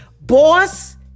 boss